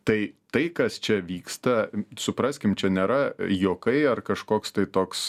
tai tai kas čia vyksta supraskim čia nėra juokai ar kažkoks tai toks